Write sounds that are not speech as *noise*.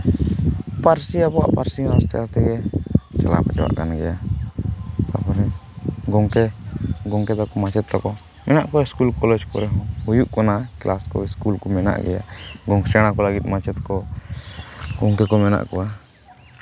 ᱯᱟᱹᱨᱥᱤ ᱟᱵᱚᱣᱟᱜ ᱯᱟᱹᱨᱥᱤ ᱦᱚᱸ ᱟᱥᱛᱮ ᱟᱥᱛᱮ ᱜᱮ *unintelligible* ᱟᱵᱚᱨᱮᱱ ᱜᱚᱢᱠᱮ ᱜᱚᱢᱠᱮ ᱛᱟᱠᱚ ᱢᱟᱪᱮᱫ ᱛᱟᱠᱚ ᱢᱮᱱᱟᱜ ᱠᱚᱣᱟ ᱤᱥᱠᱩᱞ ᱠᱚᱞᱮᱡᱽ ᱠᱚᱨᱮ ᱦᱚᱸ ᱦᱩᱭᱩᱜ ᱠᱟᱱᱟ ᱠᱮᱞᱟᱥ ᱠᱚ ᱤᱥᱠᱩᱞ ᱠᱚ ᱢᱮᱱᱟᱜ ᱜᱮᱭᱟ ᱥᱮᱬᱟ ᱠᱚ ᱞᱟᱹᱜᱤᱫ ᱢᱟᱪᱮᱫ ᱠᱚ ᱜᱚᱢᱠᱮ ᱠᱚ ᱢᱮᱱᱟᱜ ᱠᱚᱣᱟ